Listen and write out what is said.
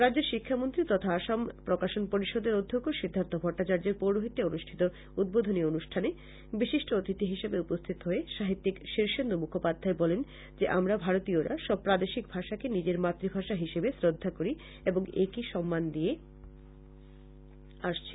রাজ্যের শিক্ষামন্ত্রী তথা আসাম প্রকাশন পরিষদের অধ্যক্ষ্য সিদ্ধার্থ ভট্টাচায্যের পৌরহিত্যে অনুষ্ঠিত উদ্বোধনী অনুষ্ঠানে বিশিষ্ঠ অতিথি হিসেবে উপস্থিত হয়ে সাহিত্যিক শীর্ষেন্দু মুখোপাধ্যায় বলেন যে আমরা ভারতীরা সব প্রাদেশিক ভাষাকে নিজের মাত্রভাষা হিসেবে শ্রদ্ধা করি এবং একই সম্মান দিয়ে আসছি